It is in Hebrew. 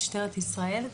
משטרת ישראל,